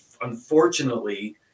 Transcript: unfortunately